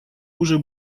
уже